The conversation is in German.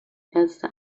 erste